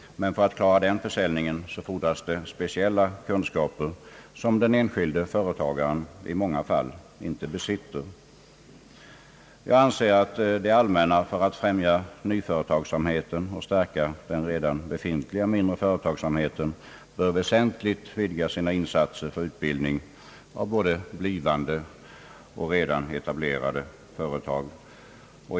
Men för att klara denna försäljning fordras speciella kunskaper, som den enskilde företagaren i många fall inte besitter. Jag anser att det allmänna för att främja nyföretagsamheten och stärka den redan befintliga företagsamheten bör väsentligt vidga sina insatser för utbildning inom både blivande och redan etablerade företag.